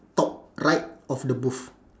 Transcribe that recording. top right of the booth